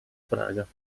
praga